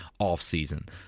offseason